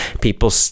People